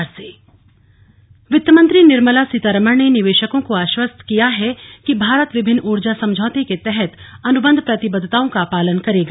वित्त मंत्री वित्तमंत्री निर्मला सीतारमण ने निवेशकों को आश्वस्त किया है कि भारत विभिन्न ऊर्जा समझौतों के तहत अनुबंध प्रतिबद्धताओं का पालन करेगा